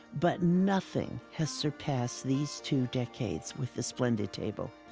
but nothing has surpassed these two decades with the splendid table.